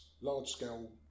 large-scale